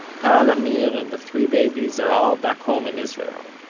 tal, amir and the three babies are all back home in israel.